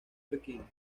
pekín